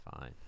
fine